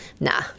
nah